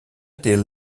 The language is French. était